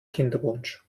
kinderpunsch